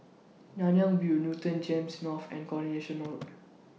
Nanyang View Newton Gems North and Coronation Road